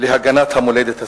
להגנת המולדת הסובייטית,